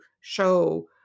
show